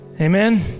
Amen